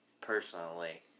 personally